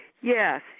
Yes